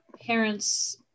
parents